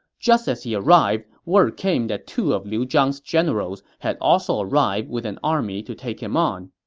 just as he arrived, word came that two of liu zhang's generals had also arrived with an army to take him on.